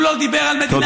הוא לא דיבר על מדינת,